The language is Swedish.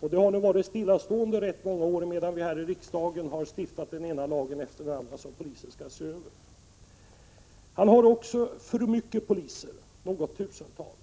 och det antalet har legat stilla i rätt många år nu, medan vi här i riksdagen har stiftat den ena lagen efter den andra, och det är som bekant polisens uppgift att se till att de efterlevs. Man har också för många poliser för antalet tjänster — något tusental.